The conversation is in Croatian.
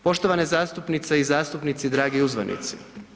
Poštovani zastupnice i zastupnici, dragi uzvanici.